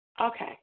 Okay